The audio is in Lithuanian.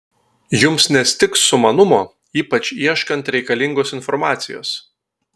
jums nestigs sumanumo ypač ieškant reikalingos informacijos